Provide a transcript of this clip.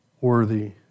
worthy